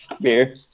Beer